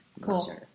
Cool